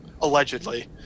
allegedly